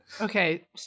Okay